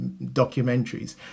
documentaries